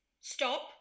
stop